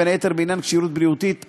בין היתר לעניין כשירות בריאותית,